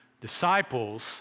Disciples